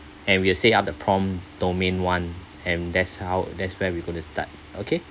and we will say out the prompt domain one and that's how that's where we're going to start okay